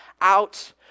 out